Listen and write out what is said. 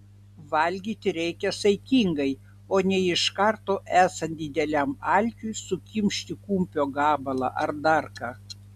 valgyti reikia saikingai o ne iš karto esant dideliam alkiui sukimšti kumpio gabalą ar dar ką